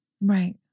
Right